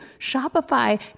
Shopify